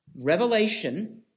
Revelation